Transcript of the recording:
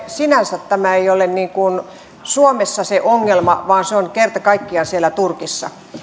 sinänsä tämä ongelmahan ei ole suomessa vaan se on kerta kaikkiaan siellä turkissa